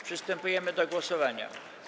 Przystępujemy do głosowania.